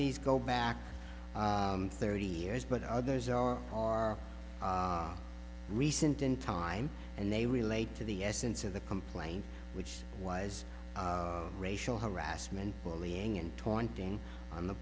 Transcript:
these go back thirty years but others are are recent in time and they relate to the essence of the complaint which was racial harassment bullying and taunting on the